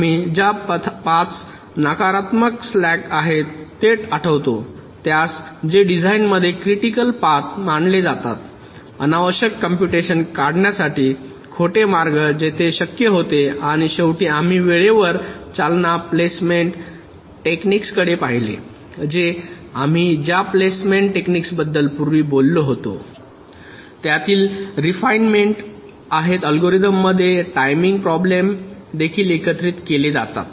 आम्ही ज्या पथांना नकारात्मक स्लॅक्स आहेत ते आठवतो ज्यास ते डिझाइनमध्ये क्रिटिकल पथ मानले जातात अनावश्यक कंप्यूटेशन्स काढण्यासाठी खोटे मार्ग जेथे शक्य होते आणि शेवटी आम्ही वेळेवर चालणा प्लेसमेंट टेक्निक्स कडे पाहिले जे आम्ही ज्या प्लेसमेंट टेक्निक्सबद्दल पूर्वी बोललो होतो त्यातील रेफीनेमेन्ट आहेत अल्गोरिदममध्ये टाईमिंग प्रॉब्लम देखील एकत्रित केले जातात